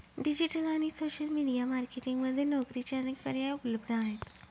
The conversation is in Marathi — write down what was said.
डिजिटल आणि सोशल मीडिया मार्केटिंग मध्ये नोकरीचे अनेक पर्याय उपलब्ध आहेत